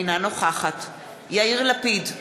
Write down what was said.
אינה נוכחת יאיר לפיד,